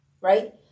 right